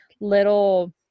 little